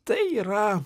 tai yra